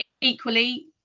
equally